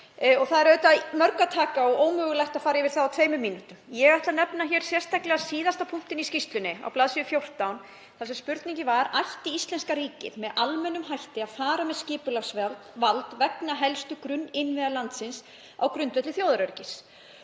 Það er af mörgu að taka og ómögulegt að fara yfir það á tveimur mínútum. Ég ætla að nefna hér sérstaklega síðasta punktinn í skýrslunni, á bls. 14, þar sem spurningin var hvort íslenska ríkið ætti með almennum hætti að fara með skipulagsvald vegna helstu grunninnviða landsins á grundvelli þjóðaröryggis.